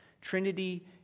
trinity